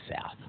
south